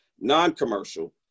non-commercial